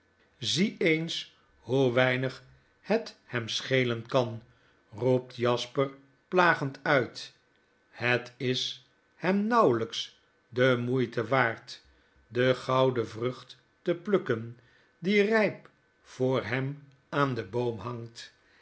zie eens hoe weinig het hem schelenkan roept jasper plagend uit b het is hemnauwelgks de moeite waard de gouden vrucht te plukken die rgp voor hem aan den boom hangt